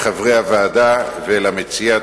לחברי הוועדה ולמציע.